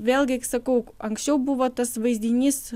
vėlgi sakau anksčiau buvo tas vaizdinys